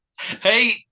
Hey